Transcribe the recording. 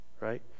right